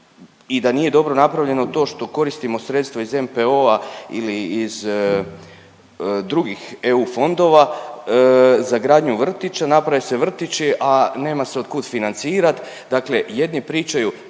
i da nije dobro napravljeno to što koristimo sredstva iz NPOO-a ili iz drugih eu fondova za gradnju vrtića, naprave se vrtići, a nema se od kud financirat.